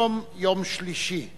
היום יום שלישי,